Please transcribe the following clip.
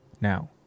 now